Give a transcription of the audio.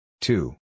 Two